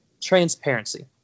transparency